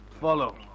follow